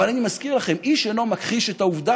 אבל אני מזכיר לכם: איש אינו מכחיש את העובדה